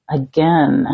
again